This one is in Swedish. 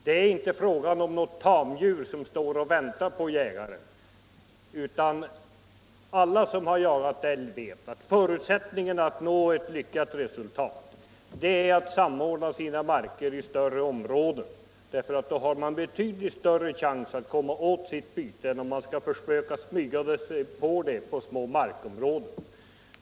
Det är inte fråga om något tamdjur, som står och väntar på jägarna, utan alla som har jagat älg vet att förutsättningen för att nå ett lyckat resultat är att samordna sina marker i större områden. Då har man betydligt större chans att komma åt sitt byte än om man skall försöka smyga sig på det på små markområden.